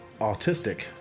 autistic